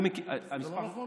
זה לא נכון?